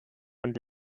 und